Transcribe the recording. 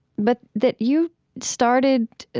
but that you started,